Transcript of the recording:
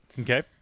Okay